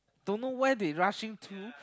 don't know where they rushing to